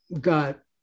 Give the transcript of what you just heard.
got